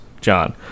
John